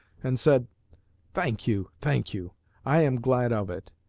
and said thank you, thank you i am glad of it.